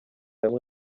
hamwe